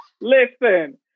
listen